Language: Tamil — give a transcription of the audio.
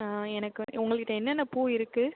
ஆ எனக்கு உங்கள்கிட்ட என்னென்ன பூ இருக்கு